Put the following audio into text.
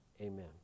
amen